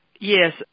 Yes